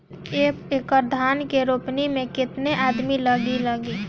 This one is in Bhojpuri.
एक एकड़ धान के रोपनी मै कितनी आदमी लगीह?